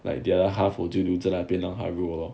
like the other half 我就留在那边 lor 还 roll lor